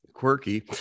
quirky